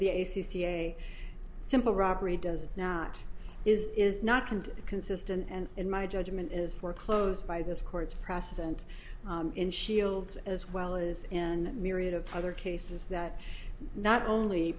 the a c c a simple robbery does not is is not and consistent and in my judgment is foreclosed by this court's precedent in shields as well as in myriad of other cases that not only